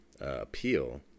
appeal